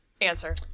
Answer